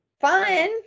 Fun